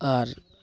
ᱟᱨ